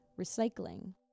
recycling